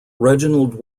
reginald